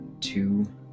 Two